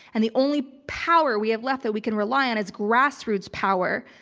and the only power we have left that we can rely on is grassroots power.